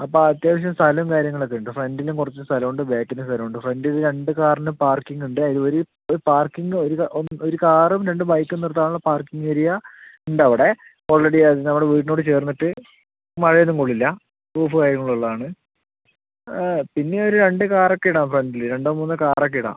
അപ്പം അത്യാവശ്യം സ്ഥലം കാര്യങ്ങൾ ഒക്കെ ഉണ്ട് ഫ്രണ്ടിലും കുറച്ച് സ്ഥലം ഉണ്ട് ബാക്കിലും സ്ഥലം ഉണ്ട് ഫ്രണ്ടിന്ന് രണ്ട് കാറിന് പാർക്കിംഗ് ഉണ്ട് ഇവര് പാർക്കിംഗ് ഒര് ഇത് ഒര് കാറും രണ്ട് ബൈക്കും നിർത്താൻ ഉള്ള പാർക്കിംഗ് ഏരിയ ഉണ്ട് അവിടെ ഓൾറെഡി അത് നമ്മട വീട്ടിനോട് ചേർന്നിട്ട് മഴ ഒന്നും കൊള്ളില്ല പ്രൂഫ് കാര്യങ്ങൾ ഉള്ളത് ആണ് പിന്നെ ഒര് രണ്ട് കാർ ഒക്കെ ഇടാ ഫ്രണ്ടില് രണ്ടോ മൂന്നോ കാർ ഒക്ക ഇടാം